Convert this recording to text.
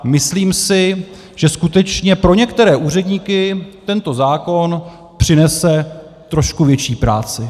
Myslím si, že skutečně pro některé úředníky tento zákon přinese trošku větší práci.